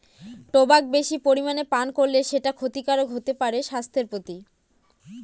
tobacco বেশি পরিমানে পান করলে সেটা ক্ষতিকারক হতে পারে স্বাস্থ্যের প্রতি